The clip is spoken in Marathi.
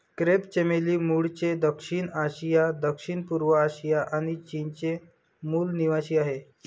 क्रेप चमेली मूळचे दक्षिण आशिया, दक्षिणपूर्व आशिया आणि चीनचे मूल निवासीआहे